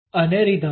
અને રિધમ